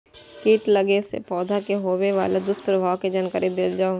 कीट लगेला से पौधा के होबे वाला दुष्प्रभाव के जानकारी देल जाऊ?